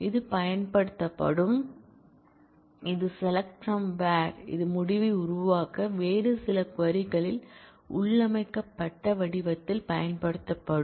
இது பயன்படுத்தப்படும் இது SELECT FROM WHERE இது முடிவை உருவாக்க வேறு சில க்வரி களில் உள்ளமைக்கப்பட்ட வடிவத்தில் பயன்படுத்தப்படும்